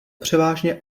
převážně